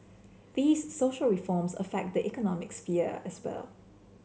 these social reforms affect the economic sphere as well